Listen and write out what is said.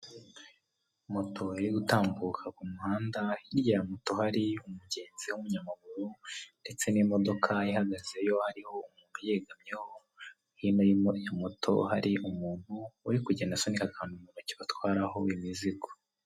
Motori utambuka ku muhanda, hirya ya moto hari umugenzi w'umunyamaguru ndetse n'imodoka ihaga hariho umuntu uyegamyeho, hino y'iyo moto hari umuntu uri kugenda asunika akantu mu ntoki batwaraho imizigo.